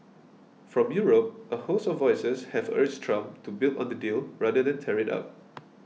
from Europe a host of voices have urged Trump to build on the deal rather than tear it up